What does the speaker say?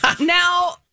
now